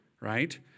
right